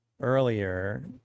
earlier